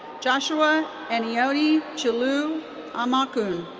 joshua adinoyi chidolue omakun.